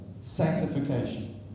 sanctification